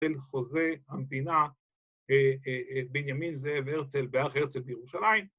‫בין חוזה המדינה, בנימין זאב הרצל ‫ואח הרצל בירושלים.